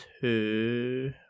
two